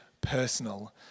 personal